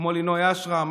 לינוי אשרם,